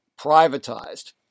privatized